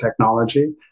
technology